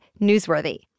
Newsworthy